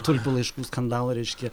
tulpių laiškų skandalo reiškia